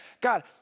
God